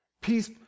peace